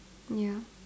ya